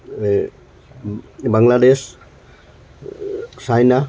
Bangladesh China